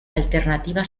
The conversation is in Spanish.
alternativa